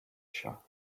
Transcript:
show